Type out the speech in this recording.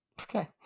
Okay